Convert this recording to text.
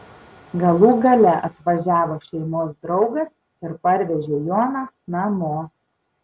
galų gale atvažiavo šeimos draugas ir parvežė joną namo